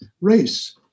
race